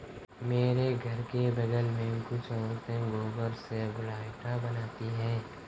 मेरे घर के बगल में कुछ औरतें गोबर से गोइठा बनाती है